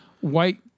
white